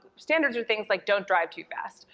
standards are things like don't drive too fast.